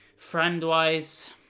friend-wise